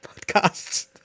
podcasts